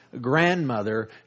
grandmother